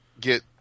get